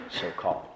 so-called